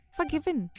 Forgiven